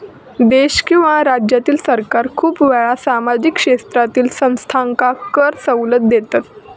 देश किंवा राज्यातील सरकार खूप वेळा सामाजिक क्षेत्रातील संस्थांका कर सवलत देतत